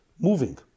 moving